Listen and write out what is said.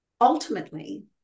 Ultimately